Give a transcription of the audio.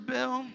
Bill